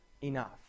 enough